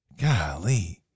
golly